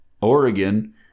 Oregon